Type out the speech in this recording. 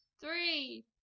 Three